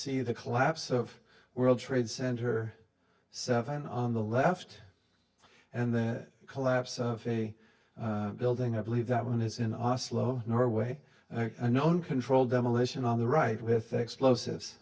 see the collapse of world trade center seven on the left and the collapse of a building i believe that one is in os low norway a known controlled demolition on the right with explosives